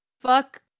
fuck